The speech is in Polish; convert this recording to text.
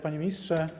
Panie Ministrze!